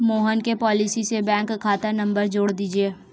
मोहन के पॉलिसी से बैंक खाता नंबर जोड़ दीजिए